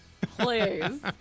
please